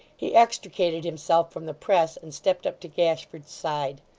he extricated himself from the press, and stepped up to gashford's side.